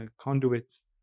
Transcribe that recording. conduits